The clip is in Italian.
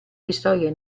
historia